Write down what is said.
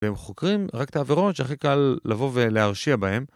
הם חוקרים רק את העבירות שהכי קל לבוא ולהרשיע בהם.